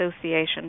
Association